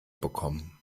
bekommen